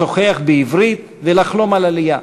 לשוחח בעברית ולחלום על עלייה.